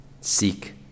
seek